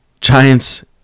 Giants